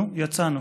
נו, יצאנו.